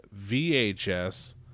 VHS